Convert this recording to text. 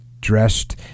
dressed